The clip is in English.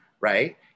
right